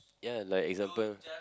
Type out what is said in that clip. ya like example